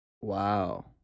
wow